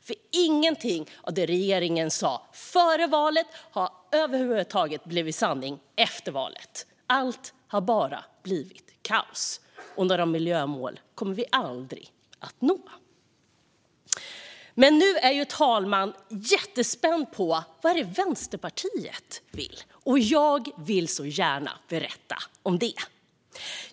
Ingenting över huvud taget av det regeringen sa före valet har blivit sanning efter valet. Allt har bara blivit kaos, och några miljömål kommer vi aldrig att nå. Nu är dock fru talmannen jättespänd på vad Vänsterpartiet vill. Jag vill väldigt gärna berätta om det.